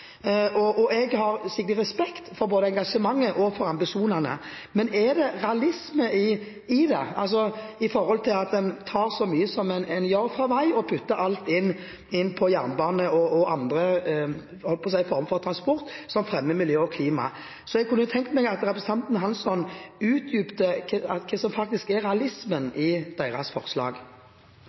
store pengene. Jeg har skikkelig respekt både for engasjementet og for ambisjonene, men er det realisme i dette, altså i det at en tar så mye som en gjør fra vei og putter alt inn på jernbane og andre former for transport som fremmer miljø og klima? Så jeg kunne tenkt meg at representanten Hansson utdypet hva som faktisk er realismen i deres forslag.